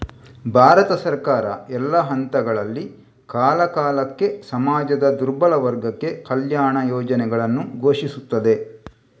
ಭಾರತ ಸರ್ಕಾರ, ಎಲ್ಲಾ ಹಂತಗಳಲ್ಲಿ, ಕಾಲಕಾಲಕ್ಕೆ ಸಮಾಜದ ದುರ್ಬಲ ವರ್ಗಕ್ಕೆ ಕಲ್ಯಾಣ ಯೋಜನೆಗಳನ್ನು ಘೋಷಿಸುತ್ತದೆ